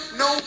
no